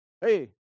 Hey